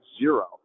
zero